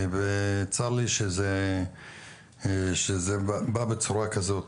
וצר לי שזה בא בצורה כזו.